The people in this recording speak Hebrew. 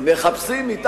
אתה תגיד שאתם צודקים.